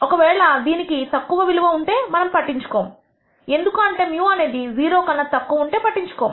ఒకవేళ దీనికి తక్కువ విలువ ఉంటే మనము పట్టించుకోము ఎందుకు అంటే μ అనేది 0 కన్నా తక్కువ ఉంటే పట్టించుకోము